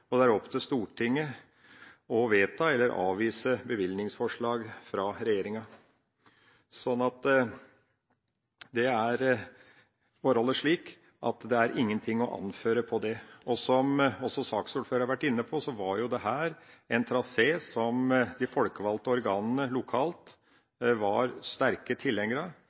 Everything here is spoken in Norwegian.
og det er opp til Stortinget å vedta eller avvise bevilgningsforslag fra regjeringa. Forholdet er slik at det er ingenting å anføre til det. Som saksordføreren også har vært inne på, var dette en trasé som de folkevalgte organene lokalt var sterke tilhengere